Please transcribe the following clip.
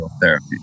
therapy